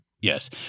Yes